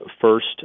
first